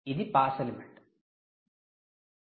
ఇది 'pass element' 'pass element'